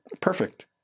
perfect